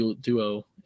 duo